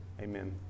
amen